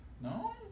No